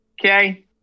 okay